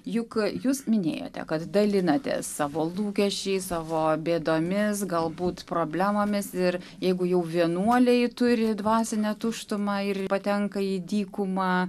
juk jūs minėjote kad dalinatės savo lūkesčiais savo bėdomis galbūt problemomis ir jeigu jau vienuoliai turi dvasinę tuštumą ir patenka į dykumą